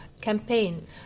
Campaign